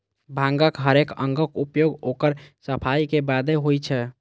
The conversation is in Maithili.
भांगक हरेक अंगक उपयोग ओकर सफाइ के बादे होइ छै